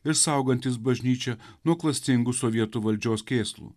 ir saugantys bažnyčią nuo klastingų sovietų valdžios kėslų